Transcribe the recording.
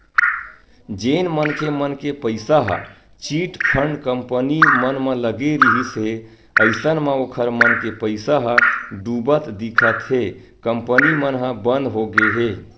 जेन मनखे मन के पइसा ह चिटफंड कंपनी मन म लगे रिहिस हे अइसन म ओखर मन के पइसा ह डुबत दिखत हे कंपनी मन ह बंद होगे हे